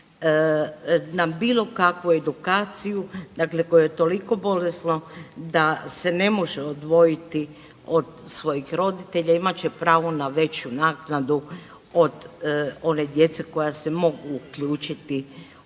na bilo kakvu edukaciju, dakle koje je toliko bolesno da se ne može odvojiti od svojeg roditelja imat će pravo na veću naknadu od one djece koja se mogu uključiti u